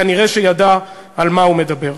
כנראה ידע על מה הוא מדבר.